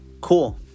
cool